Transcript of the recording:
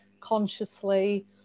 consciously